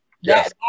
Yes